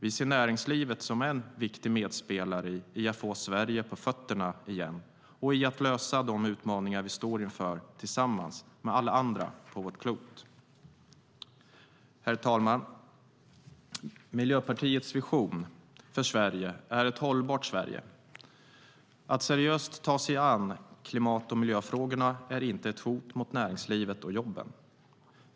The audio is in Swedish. Vi ser näringslivet som en viktig medspelare när det gäller att få Sverige på fötter igen och när det gäller att lösa de utmaningar vi står inför, tillsammans med alla andra på vårt klot. Herr talman! Miljöpartiets vision för Sverige är ett hållbart Sverige. Att seriöst ta sig an klimat och miljöfrågorna är inte ett hot mot näringslivet och jobben.